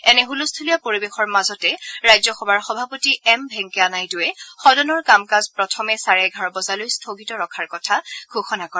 এনে ছলস্থূলীয়া পৰিৱেশৰ মাজতে ৰাজ্যসভাৰ সভাপতি এম ভেংকায়া নাইডুৱে সদনৰ কামকাজ প্ৰথমে চাৰে এঘাৰ বজালৈ স্থগিত ৰখাৰ কথা ঘোষণা কৰে